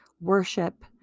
worship